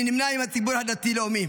אני נמנה עם הציבור הדתי-לאומי.